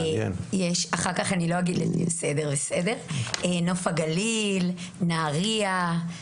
יש את נוף הגליל, נהריה,